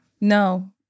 No